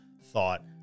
thought